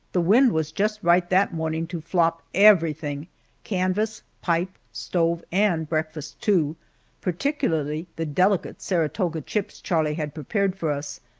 the wind was just right that morning to flop everything canvas, pipe, stove, and breakfast, too particularly the delicate saratoga chips charlie had prepared for us,